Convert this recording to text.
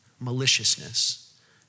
maliciousness